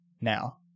now